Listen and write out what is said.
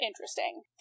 interesting